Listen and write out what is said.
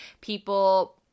People